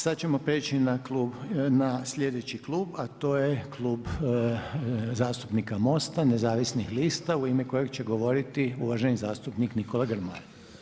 Sad ćemo preći na slijedeći klub, a to je Klub zastupnika MOST-a nezavisnih lista u ime koja će govoriti uvaženi zastupnik Nikola Grmoja.